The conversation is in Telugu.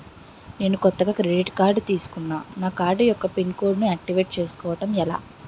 నేను కొత్తగా క్రెడిట్ కార్డ్ తిస్కున్నా నా కార్డ్ యెక్క పిన్ కోడ్ ను ఆక్టివేట్ చేసుకోవటం ఎలా?